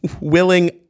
willing